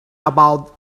about